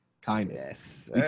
Kindness